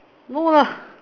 no lah